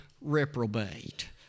reprobate